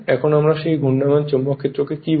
এখন আমরা সেই ঘূর্ণায়মান চৌম্বক ক্ষেত্রকে কী বলব